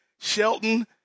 Shelton